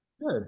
good